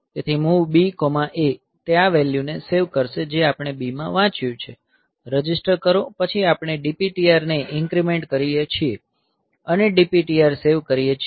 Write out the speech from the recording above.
તેથી MOV BA તે આ વેલ્યુને સેવ કરશે જે આપણે B માં વાંચ્યું છે રજિસ્ટર કરો પછી આપણે DPTR ને ઇન્ક્રીમેંટ કરીએ છીએ અને DPTR સેવ કરીએ છીએ